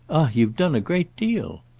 you've done a great deal.